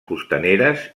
costaneres